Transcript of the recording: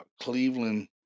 Cleveland